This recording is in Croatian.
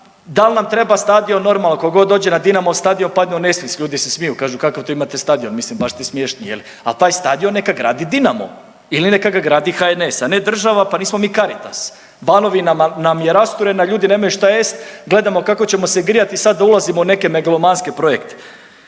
Dal na treba stadion normalno kogod dođe na Dinamov stadion padne u nesvijest, ljudi se smiju kažu kakav to imate stadion, mislim baš ste smiješni jel, a taj stadion neka gradi Dinamo ili neka ga gradi HNS, a ne država. Pa nismo mi Caritas, Banovina nam je rasturena ljudi nemaju šta jest gledamo kako ćemo se grijati i sad da ulazimo u neke megalomanski projekt.